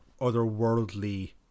otherworldly